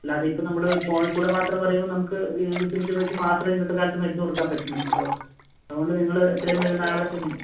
അല്ലാതെ ഇപ്പോൾ നമ്മൾ ഫോണിൽ കൂടെ മാത്രം പറയുമ്പോൾ നമുക്ക് സിംറ്റം വച്ച് മാത്രം ഇന്നത്തെ കാലത്തു മരുന്നു കൊടുക്കാൻ പറ്റുന്നില്ലല്ലോ അത് കൊണ്ട് നിങ്ങൾ എത്രയും വേഗം നാളത്തന്നെ